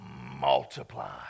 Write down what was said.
multiply